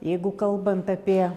jeigu kalbant apie